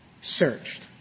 searched